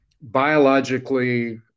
biologically